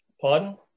Pardon